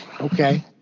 Okay